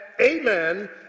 amen